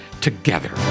together